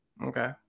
Okay